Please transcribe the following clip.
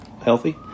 healthy